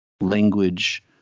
language